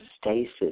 stasis